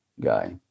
Guy